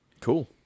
cool